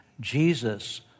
Jesus